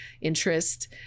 interest